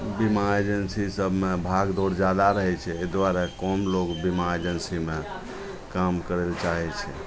बीमा एजेन्सी सबमे भागदौड़ जादा रहै छै एहि दुआरे कम लोक बीमा एजेन्सीमे काम करै ले चाहै छै